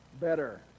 better